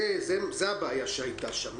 זו הבעיה שהייתה שם.